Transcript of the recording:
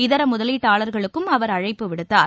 இதரமுதலீட்டாளர்களுக்கும் அவர் அழைப்பு விடுத்தார்